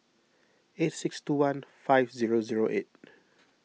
eight six two one five zero zero eight